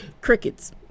crickets